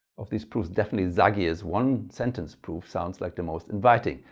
of these proofs definitely zagier's one sentence proof sounds like the most inviting.